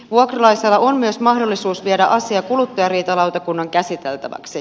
vuokralaisella on myös mahdollisuus viedä asia kuluttajariitalautakunnan käsiteltäväksi